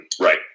Right